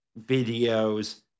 videos